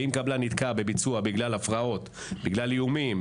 ואם קבלן נתקע בביצוע בגלל הפרעות - בגלל איומים,